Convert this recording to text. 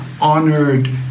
honored